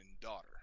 daughter